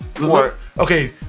Okay